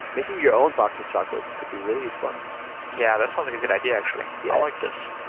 making your own box of chocolates could be really fun yeah, that sounds like a good idea actually. yeah. like this.